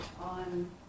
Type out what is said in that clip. on